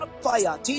fire